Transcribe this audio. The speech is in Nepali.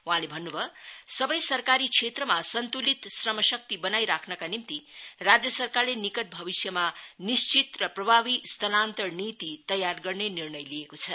वहाँले भन्न् भयो सबै सरकारी क्षेत्रमा सन्त्लित श्रमशक्ति बनाइ राख्नका निम्ति राज्य सरकारले निकट भविष्यमा निश्चित र प्रभावी स्थानत्तर नीति तयार गर्ने निर्णय लिएको छ